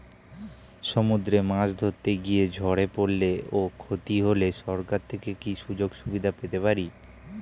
সমুদ্রে মাছ ধরতে গিয়ে ঝড়ে পরলে ও ক্ষতি হলে সরকার থেকে কি সুযোগ সুবিধা পেতে পারি?